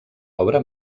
obra